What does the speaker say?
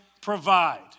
provide